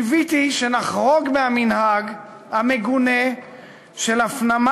קיוויתי שנחרוג מהמנהג המגונה של הפנמה